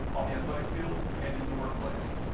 on the athletic field, and in the workplace.